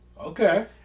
Okay